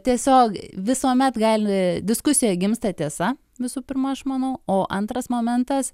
tiesiog visuomet gali diskusijoj gimsta tiesa visų pirma aš manau o antras momentas